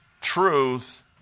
truth